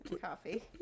Coffee